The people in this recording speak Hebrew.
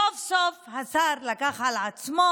סוף-סוף השר לקח על עצמו.